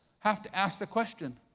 have to ask the question,